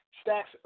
stacks